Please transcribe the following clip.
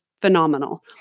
phenomenal